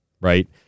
right